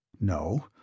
No